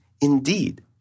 indeed